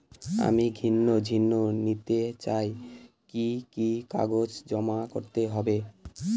আমি গৃহ ঋণ নিতে চাই কি কি কাগজ জমা করতে হবে?